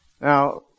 Now